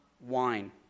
wine